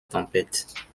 tempête